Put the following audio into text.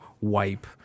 wipe